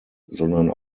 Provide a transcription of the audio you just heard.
sondern